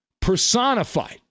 personified